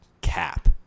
cap